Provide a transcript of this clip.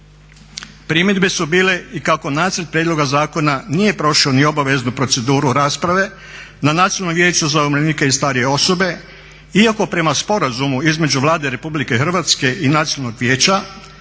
Primjedbe su bile i kako nacrt prijedloga zakona nije prošao ni obveznu proceduru rasprave na Nacionalnom vijeću za umirovljenike i strije osobe. Iako prema sporazumu između Vlada Republike Hrvatske i Nacionalnog vijeća